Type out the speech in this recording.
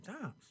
times